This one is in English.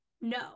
No